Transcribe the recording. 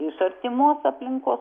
iš artimos aplinkos